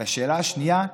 והשאלה השנייה,